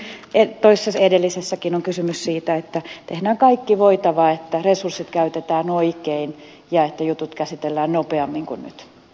tässä niin kuin toiseksi edellisessäkin on kysymys siitä että tehdään kaikki voitava että resurssit käytetään oikein ja että jutut käsitellään nopeammin kuin nyt a